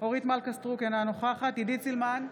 אורית מלכה סטרוק, אינה נוכחת עידית סילמן,